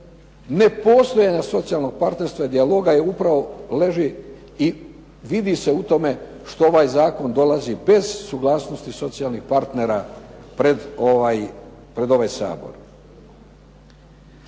nepostojanja socijalnog partnerstva i dijaloga upravo želi i vidi se u tome što ovaj zakon dolazi bez suglasnosti socijalnih partnera pred ovaj Sabor.